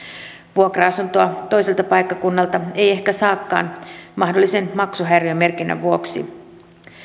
vuokra asuntoa toiselta paikkakunnalta ei ehkä saakaan mahdollisen maksuhäiriömerkinnän vuoksi